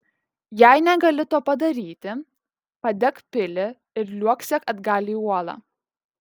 jei negali to padaryti padek pilį ir liuoksėk atgal į uolą